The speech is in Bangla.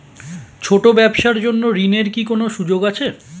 ছোট ব্যবসার জন্য ঋণ এর কি কোন সুযোগ আছে?